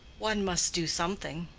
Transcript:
one must do something.